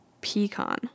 pecan